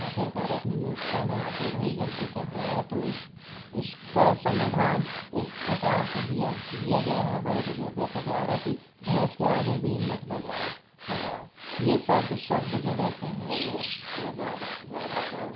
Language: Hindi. आखिरकार अपने मूर्खता में आके वही गलती कर रहा है तो इसका समाधान इस प्रकार से दिया दिया गया है बड़े बुजुर्गों के द्वारा की भैंस के आगे बीन मत बजाओ बजाओ ये शब्द शब्द जो रहते हैं वो वो ज़्यादा ज़्यादातर